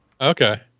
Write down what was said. Okay